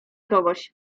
kogoś